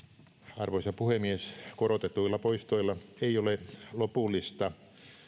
arvoisa puhemies korotetuilla poistoilla ei ole lopullista